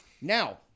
Now